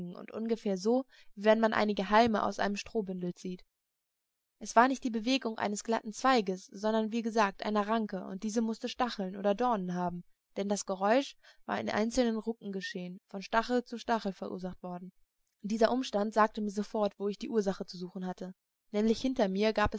hingen ungefähr so wie wenn man einige halme aus einem strohbündel zieht es war nicht die bewegung eines glatten zweiges sondern wie gesagt einer ranke und diese mußte stacheln oder dornen haben denn das geräusch war in einzelnen rucken geschehen von stachel zu stachel verursacht worden dieser umstand sagte mir sofort wo ich die ursache zu suchen hatte nämlich hinter mir gab es